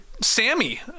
Sammy